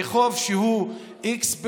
וחוב שהוא x,